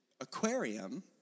aquarium